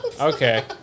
Okay